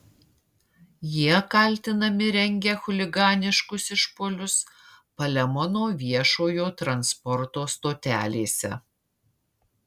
jie kaltinami rengę chuliganiškus išpuolius palemono viešojo transporto stotelėse